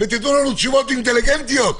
ותיתנו לנו תשובות אינטליגנטיות.